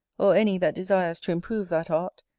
or any that desires to improve that art,